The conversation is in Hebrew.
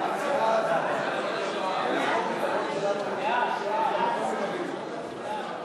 סעיפים 1 7 נתקבלו.